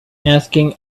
asking